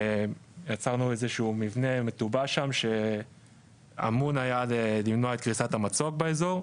יצרנו איזשהו מבנה מטובע שם שאמון היה למנוע את קריסת המצוק באזור.